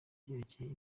byerekeye